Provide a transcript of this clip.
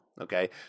okay